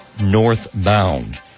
northbound